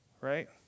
right